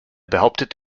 behauptet